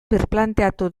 birplanteatu